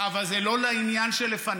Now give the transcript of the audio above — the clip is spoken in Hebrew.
אבל זה לא לעניין שלפנינו.